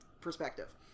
perspective